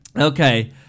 Okay